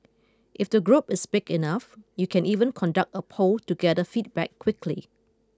if the group is big enough you can even conduct a poll to gather feedback quickly